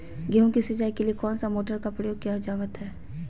गेहूं के सिंचाई के लिए कौन सा मोटर का प्रयोग किया जावत है?